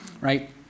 right